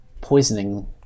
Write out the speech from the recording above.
poisoning